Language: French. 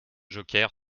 joker